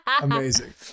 Amazing